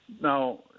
now